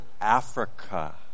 Africa